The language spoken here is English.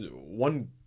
one